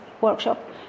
workshop